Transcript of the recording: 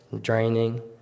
draining